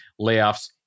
layoffs